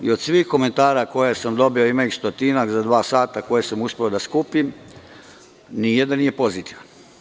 Od svih komentara koje sam dobio, a ima ih stotinak za dva sata, koje sam uspeo da skupim, nijedan nije pozitivan.